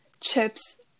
chips